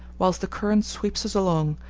whilst the current sweeps us along,